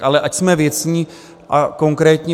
Ale ať jsme věcní a konkrétní.